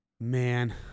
Man